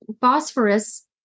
Phosphorus